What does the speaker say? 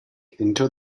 into